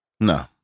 No